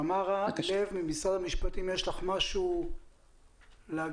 תמרה לב ממשרד המשפטים, יש לך משהו להגיד?